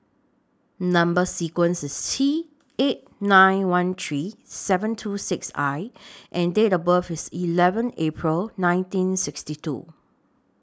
Number sequence IS T eight nine one three seven two six I and Date of birth IS eleven April nineteen sixty two